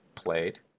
Played